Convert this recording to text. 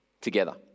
together